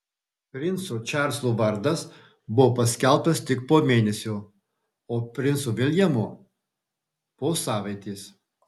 princo čarlzo vardas buvo paskelbtas tik po mėnesio o princo viljamo po savaitės